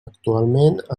actualment